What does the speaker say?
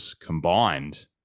combined